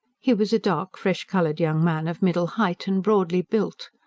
he was a dark, fresh-coloured young man, of middle height, and broadly built.